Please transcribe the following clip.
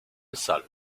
salle